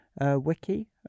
wiki